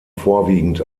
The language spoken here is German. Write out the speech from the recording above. vorwiegend